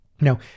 Now